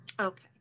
Okay